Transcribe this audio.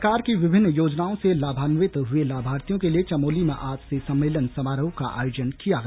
सरकार की विभिन्न योजनाओं से लाभान्वित हुए लाभार्थियों के लिए चमोली में आज सम्मेलन समारोह का आयोजन किया गया